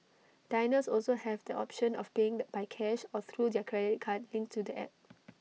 diners also have the option of paying the by cash or through their credit card linked to the app